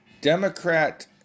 Democrat